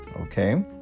Okay